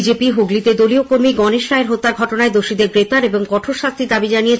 BJP হুগলিতে দলীয় কর্মী গণেশ রায়ের হত্যার ঘটনায় দোষীদের গ্রেপ্তার এবং কঠোর শাস্তির দাবি জানিয়েছে